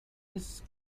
its